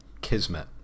kismet